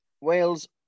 Wales